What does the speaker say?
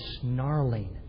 snarling